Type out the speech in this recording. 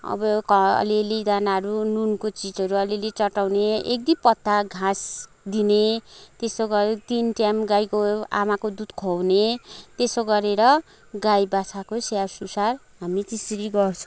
अब अलिअलि दानाहरू नुनको चिजहरू अलिअलि चटाउने एक दुई पत्ता घाँस दिने त्यसो गरेर तिन टाइम गाईको आमाको दुध खुवाउने त्यसो गरेर गाई बाछाको स्याहार सुसार हामी त्यसरी गर्छौँ